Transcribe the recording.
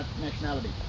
nationality